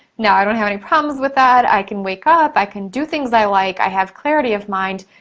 now i don't have any problems with that. i can wake up, i can do things i like, i have clarity of mind,